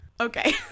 Okay